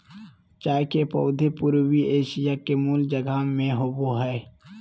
चाय के पौधे पूर्वी एशिया के मूल जगह में होबो हइ